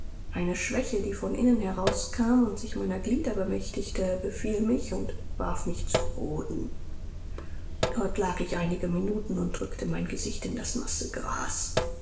eine schwäche die von innen herauskam und sich meiner glieder bemächtigte befiel mich und warf mich zu boden dort lag ich einige minuten und drückte mein gesicht in das nasse gras